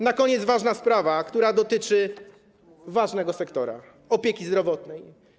Na koniec ważna sprawa, która dotyczy ważnego sektora: opieki zdrowotnej.